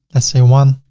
let's say one